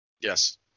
Yes